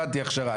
הבנתי הכשרה.